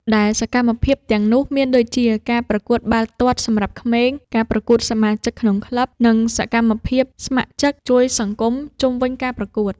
ដែលសកម្មភាពទាំងនោះមានដូចជា ការប្រកួតបាល់ទាត់សម្រាប់ក្មេង ការប្រកួតសមាជិកក្នុងក្លឹប និងសកម្មភាពស្ម័គ្រចិត្តជួយសង្គមជុំវិញការប្រកួត។